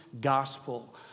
gospel